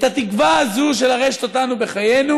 את התקווה הזו, של לרשת אותנו בחיינו,